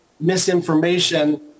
misinformation